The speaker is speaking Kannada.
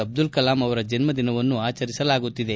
ಅಬ್ದುಲ್ ಕಲಾಂ ಅವರ ಜನ್ನದಿನವನ್ನು ಆಚರಿಸಲಾಗುತ್ತಿದೆ